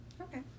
Okay